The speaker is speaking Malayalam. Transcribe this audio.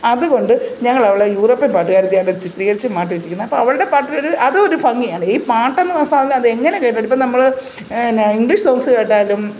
അതുകൊണ്ട് ഞങ്ങൾ അവളെ യൂറോപ്യൻ പാട്ടുകാരിയായിട്ടാണ് ചിത്രീകരിച്ച് മാറ്റി വെച്ചിരിക്കുന്നത് അപ്പം അവളുടെ പാട്ടിനൊരു അതും ഒരു ഭംഗിയാണ് ഈ പാട്ടെന്ന് മനസ്സിലാവുന്നതെങ്ങനെ കേട്ടിട്ടിപ്പം നമ്മൾ പിന്നെ ഇംഗ്ലീഷ് സോങ്ങ്സ് കേട്ടാലും